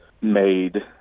made